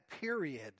period